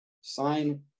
sign